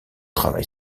travail